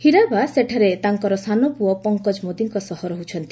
ହୀରାବା ସେଠାରେ ତାଙ୍କର ସାନପୁଅ ପଙ୍କଜ ମୋଦିଙ୍କ ସହ ରହୁଛନ୍ତି